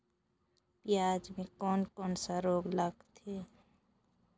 पियाज मे कोन कोन सा रोग लगथे?